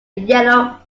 yellow